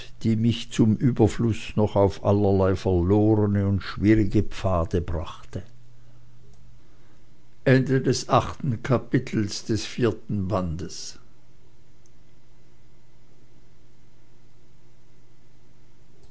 die mich zum überfluß noch auf allerlei verlorene und schwierige pfade brachte